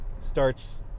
starts